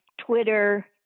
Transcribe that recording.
Twitter